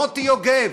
מוטי יוגב,